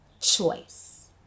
choice